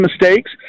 mistakes